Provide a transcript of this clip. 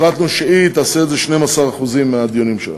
החלטנו שהיא תעשה את זה 12% מהדיונים שלה.